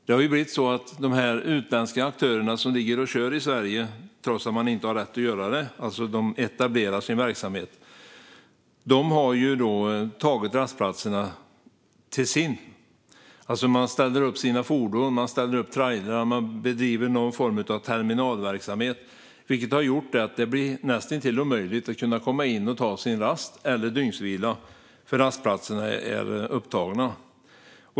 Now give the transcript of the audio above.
Det har blivit så att de utländska aktörer som ligger och kör i Sverige, trots att man inte har rätt att göra det - de etablerar alltså sin verksamhet - har tagit rastplatserna och gjort dem till sina. De ställer upp sina fordon och trailrar och bedriver någon form av terminalverksamhet, vilket har gjort det näst intill omöjligt att komma in och ta sin rast eller dygnsvila, därför att rastplatserna är upptagna.